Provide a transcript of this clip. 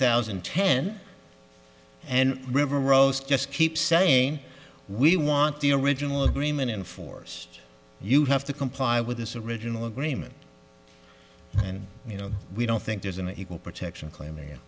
thousand and ten and river rose just keep saying we want the original agreement in force you have to comply with this original agreement and you know we don't think there's an equal protection claim he